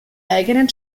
eigenen